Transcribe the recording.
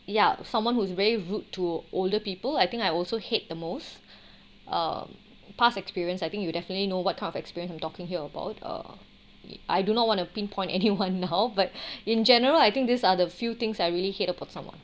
ya someone who's very rude to older people I think I also hate the most uh past experience I think you definitely know what kind of experience I'm talking here about uh I do not want to pinpoint anyone now but in general I think these are the few things I really hate about someone